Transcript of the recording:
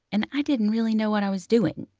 and i didn't really know what i was doing.